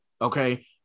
okay